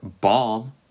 bomb